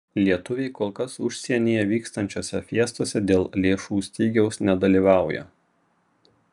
lietuviai kol kas užsienyje vykstančiose fiestose dėl lėšų stygiaus nedalyvauja